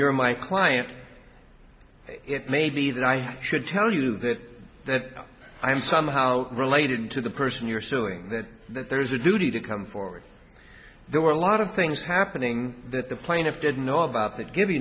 are my client it may be that i should tell you that that i am somehow related to the person you're suing that there is a duty to come forward there were a lot of things happening that the plaintiff didn't know about that give you